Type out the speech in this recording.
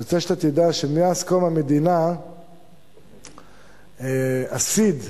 אני רוצה שתדע שמאז קום המדינה הסיד בישראל,